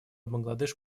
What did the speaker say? бангладеш